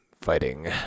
fighting